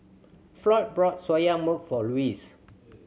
Floyd bought Soya Milk for Louis